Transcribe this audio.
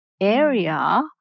area